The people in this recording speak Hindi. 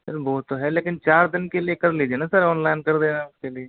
सर वो तो है लेकिन चार दिन के लिए कर लीजिए ना सर ऑनलाइन कर रहे है आप के लिए